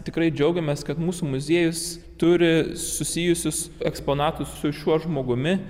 tikrai džiaugiamės kad mūsų muziejus turi susijusius eksponatus su šiuo žmogumi